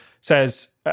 says